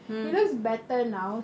mm